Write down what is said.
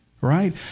right